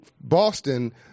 Boston